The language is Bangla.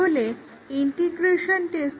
তাহলে ইন্টিগ্রেশন টেস্টিংয়ের বিষয়টি কি হলো